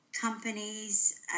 companies